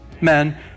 Men